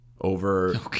over